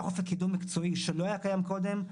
אופק קידום מקצועי שלא היה קיים קודם,